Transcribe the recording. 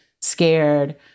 scared